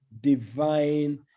divine